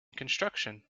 construction